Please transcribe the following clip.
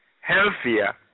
healthier